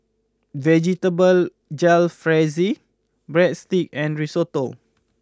Vegetable Jalfrezi Breadsticks and Risotto